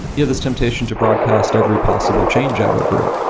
you have this temptation to broadcast every possible change out over it.